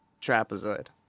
trapezoid